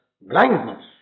blindness